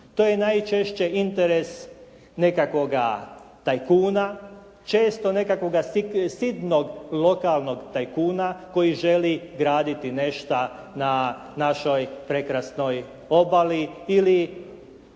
To je najčešće interes nekakvoga tajkuna, često nekakvoga sitnog lokalnog tajkuna koji želi graditi nešto na našoj prekrasnoj obali ili